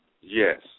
Yes